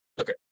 Okay